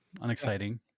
unexciting